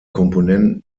komponenten